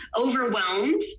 overwhelmed